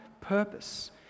purpose